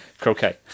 croquet